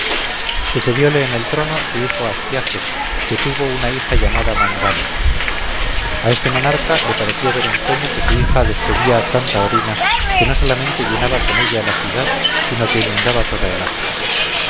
escitas sucedióle en el trono su hijo astiages que tuvo una hija llamada mandane a este monarca le pareció ver en sueño que su hija despedía tanta orina que no solamente llenaba con ella la ciudad sino que inundaba toda el asia